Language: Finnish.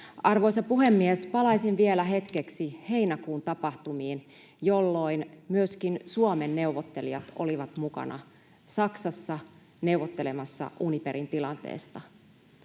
Arvoisa puhemies! Palaisin vielä hetkeksi heinäkuun tapahtumiin, jolloin myöskin Suomen neuvottelijat olivat mukana Saksassa neuvottelemassa Uniperin tilanteesta: